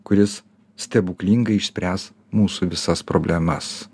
kuris stebuklingai išspręs mūsų visas problemas